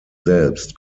selbst